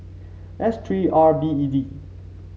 S three R B E D